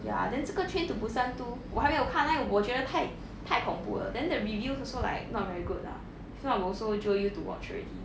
ya then 这个 train to busan two 我还没有看 leh 我觉得太太恐怖了 then the reviews also like not very good lah if not I would also jio you to watch already